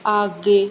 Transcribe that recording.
आगे